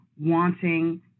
wanting